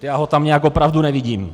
Já ho tam nějak opravdu nevidím.